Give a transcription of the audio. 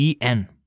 EN